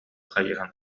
хайыһан